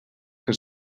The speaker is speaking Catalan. que